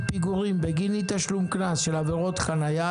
פיגורים בגין אי תשלום קנס של עבירת חניה),